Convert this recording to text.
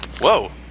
whoa